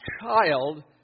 child